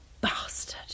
bastard